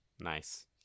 Nice